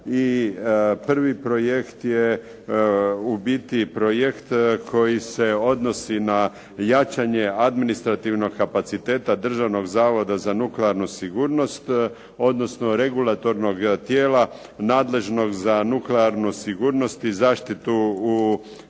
prvi projekt je u biti projekt koji se odnosi na jačanje administrativnog kapaciteta Državnog zavoda za nuklearnu sigurnost, odnosno regulatornog tijela nadležnog za nuklearnu sigurnost i zaštitu u